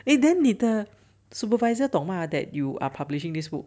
eh then 你的 supervisor 懂吗 that you are publishing this book